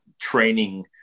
training